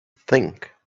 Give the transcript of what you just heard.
think